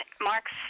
marks